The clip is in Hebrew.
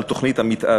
על תוכנית המתאר,